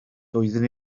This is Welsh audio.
doeddwn